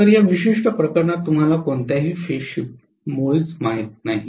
तर या विशिष्ट प्रकरणात तुम्हाला कोणतीही फेज शिफ्ट मुळीच माहित नाही